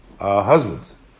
husbands